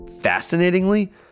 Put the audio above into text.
fascinatingly